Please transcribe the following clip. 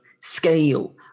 scale